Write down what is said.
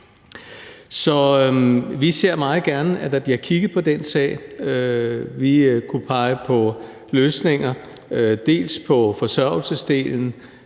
vi ser meget gerne, at der bliver kigget på den sag. Vi kunne pege på løsninger, bl.a. på forsørgelsesdelen.